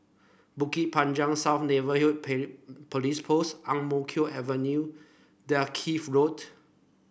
Bukit Panjang South Neighbourhood Police Post Ang Mo Kio Avenue Dalkeith Road